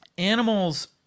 Animals